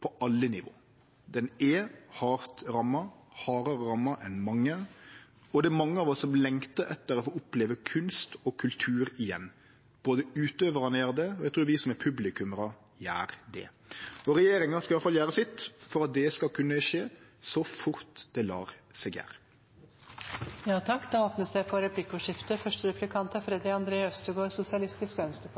på alle nivå. Kultursektoren er hardt ramma, hardare ramma enn mange, og det er mange av oss som lengtar etter å få oppleve kunst og kultur igjen. Utøvarane gjer det, og eg trur at vi som er publikummarar gjer det. Regjeringa skal iallfall gjere sitt for at det skal kunne skje så fort det lèt seg gjere.